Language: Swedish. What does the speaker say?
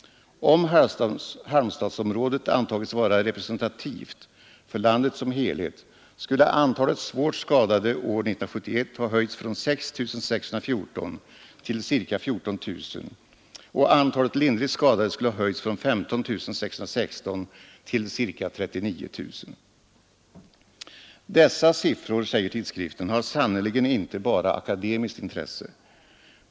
Om Halmstadsområdet antagits vara representativt för landet som helhet, skulle antalet svårt skadade år 1971 ha höjts från 6 614 till ca 14 000, och antalet lindrigt skadade skulle ha höjts från 15 616 till ca 39 000. Dessa siffror, säger tidskriften, har sannerligen inte bara akademiskt intresse.